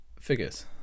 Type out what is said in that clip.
figures